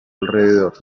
alrededor